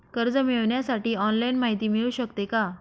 कर्ज मिळविण्यासाठी ऑनलाईन माहिती मिळू शकते का?